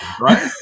Right